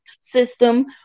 system